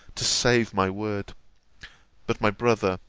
to save my word but my brother,